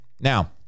Now